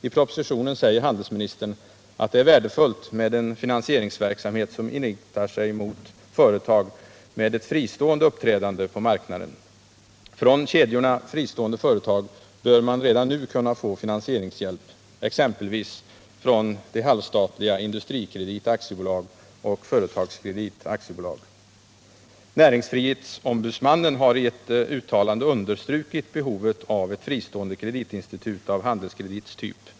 I propositionen säger handelsministern, att det är värdefullt med en finansieringsverksamhet som inriktar sig mot företag med ett fristående uppträdande på marknaden. Från kedjorna fristående företag bör redan nu kunna ge finansieringshjälp — exempelvis de halvstatliga Industrikredit AB och Företagskredit AB. Näringsfrihetsombudsmannen har i ett uttalande understrukit behovet av ett fristående kreditinstitut av Handelskredits typ.